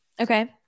Okay